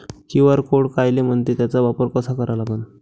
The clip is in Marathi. क्यू.आर कोड कायले म्हनते, त्याचा वापर कसा करा लागन?